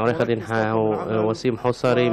עורך הדין וסים חוסרי,